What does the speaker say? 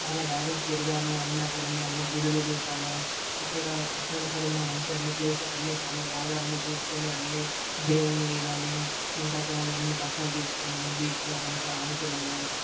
చాలా బాగా తిరిగాము అన్నీ అక్కడ ఉన్న అన్నీ గుడులు చూసాము అక్కడ అక్కడక్కడ ఉన్నా మంచి అన్నీప్లేసస్ అన్నీ చాలా బాగా అన్నీ చూసుకొని అన్నీ దేవుణ్ణి కాని ఇంకా అక్కడ ఎన్నో బట్టలు తెసుకున్నాము బీచ్లో మంచిగా ఆడుకున్నాము